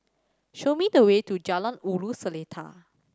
show me the way to Jalan Ulu Seletar